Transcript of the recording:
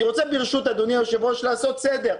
ברשות אדוני היושב ראש אני רוצה לעשות סדר.